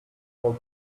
how